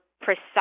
precise